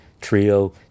trio